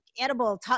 edible